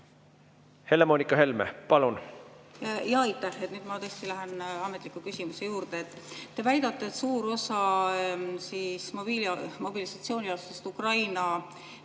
Helle-Moonika Helme, palun! Aitäh! Nüüd ma tõesti lähen ametliku küsimuse juurde. Te väidate, et suur osa mobilisatsiooniealistest Ukraina